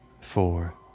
four